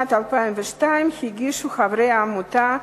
בשנת 2002 הגישו חברי העמותה,